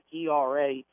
ERA